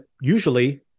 usually